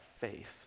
faith